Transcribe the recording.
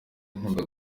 nkunda